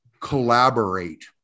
collaborate